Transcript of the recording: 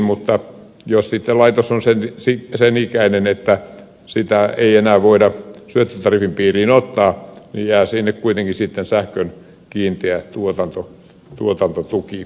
mutta jos laitos on sen ikäinen että sitä ei enää voida syöttötariffin piiriin ottaa niin sinne jää sitten kuitenkin sähkön kiinteä tuotantotuki